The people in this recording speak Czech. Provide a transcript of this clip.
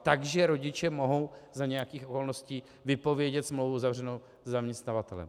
Takže rodiče mohou za nějakých okolností vypovědět smlouvu uzavřenou se zaměstnavatelem.